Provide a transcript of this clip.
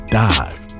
dive